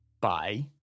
Bye